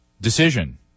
decision